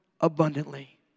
abundantly